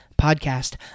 Podcast